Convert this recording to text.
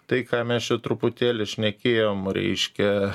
tai ką mes čia truputėlį šnekėjom reiškia